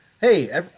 hey